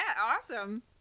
awesome